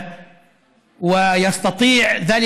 אבל אין כל ספק שחוק זה,